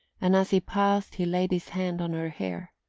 and as he passed he laid his hand on her hair.